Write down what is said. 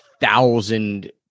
thousand